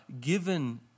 given